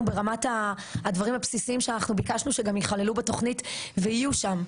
ברמת הדברים הבסיסיים שאנחנו ביקשנו שגם יכללו בתוכנית ויהיו שם,